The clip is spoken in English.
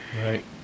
Right